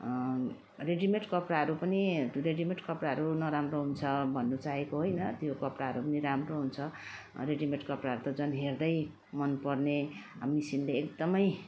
ready made कपडाहरू पनि ready made कपडाहरू नराम्रो हुन्छ भन्नु चाहेको होइन त्यो कपडाहरू पनि राम्रो हुन्छ रेडी मेड कपडाहरू त झन् हेर्दै मन पर्ने मेसिनले एकदमै